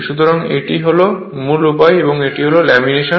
সুতরাং এটি হল মূল উপায় এবং এটি এর ল্যামিনেশন